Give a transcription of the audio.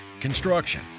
construction